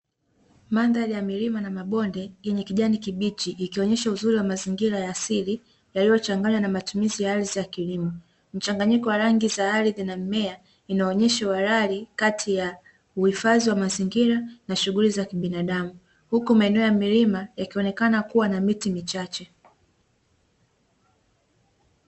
Mandhari ya milima na mabonde yenye kijani kibichi ikionyesha uzuri wa mazingra ya asili yaliyochanganywa na matumizi ya ardhi ya kilimo. Mchanganyiko wa rangi za ardhi na mimea inaonyesha uhalali kati ya uhifadhi wa mazingira na shughuli za kibinadamu. Huku maeneo ya milima yakionekana kuwa na miti michache.